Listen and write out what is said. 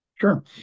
Sure